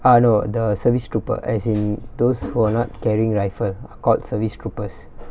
ah no the service trooper as in those who are not carrying rifle are called service troopers